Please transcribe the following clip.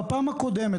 אבל בפעם הקודמת,